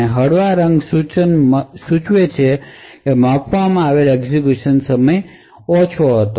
હવે હળવા રંગ સૂચવે છે કે માપવામાં આવેલ એક્ઝેક્યુશનનો સમય ઓછો હતો